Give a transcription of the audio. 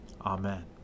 Amen